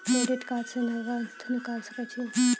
Credit card से नगद निकाल सके छी?